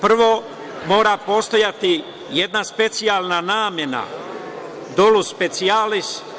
Prvo, mora postojati jedna specijalna namena, „dolus specijalis“